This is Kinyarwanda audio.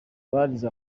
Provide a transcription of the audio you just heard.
barize